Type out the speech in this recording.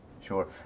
Sure